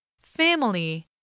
Family